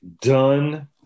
Done